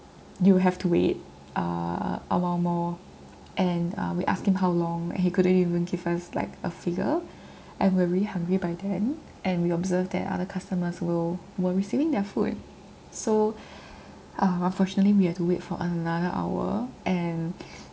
you have to wait uh a while more and uh we asked him how long and he couldn't even give us like a figure and we were really hungry by then and we observed that other customers will were receiving their food so um unfortunately we had to wait for another hour and